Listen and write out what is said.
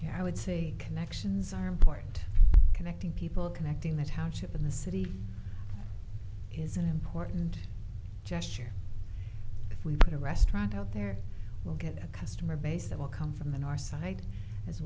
else i would say connections are important connecting people connecting the township in the city is an important gesture if we put a restaurant out there we'll get a customer base that will come from in our side as